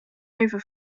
over